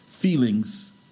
feelings